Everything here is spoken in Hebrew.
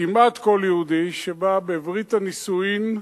כמעט כל יהודי שבא בברית הנישואים,